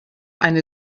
eine